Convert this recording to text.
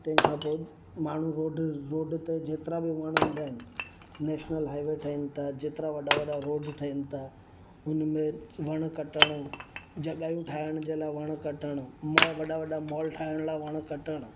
तंहिंखां पोइ माण्हू रोड रोड ते जेतिरा बि वण हूंदा आहिनि नैशनल हाइवे ठहिनि था जेतिरा वॾा वॾा रोड ठहिनि था हुनमें वण कटणु जॻहियूं ठाहिण जे लाइ वण कटणु मॉल वॾा वॾा मॉल ठाहिण लाइ वण कटणु